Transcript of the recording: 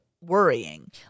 Worrying